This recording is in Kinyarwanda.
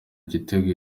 igitego